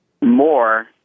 more